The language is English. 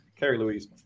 Kerry-Louise